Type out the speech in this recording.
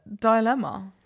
Dilemma